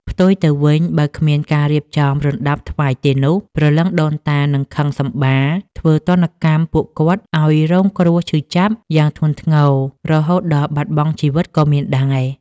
ផ្ទុយទៅវិញបើគ្មានការរៀបចំរណ្ដាប់ថ្វាយទេនោះព្រលឹងដូនតានឹងខឹងសម្បាធ្វើទណ្ឌកម្មពួកគាត់ឲ្យរងគ្រោះឈឺចាប់យ៉ាងធ្ងន់ធ្ងរ រហូតដល់បាត់បង់ជីវិតក៏មានដែរ ។